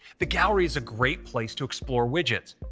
the gallery is a great place to explore widgets.